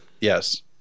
yes